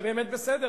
זה באמת בסדר.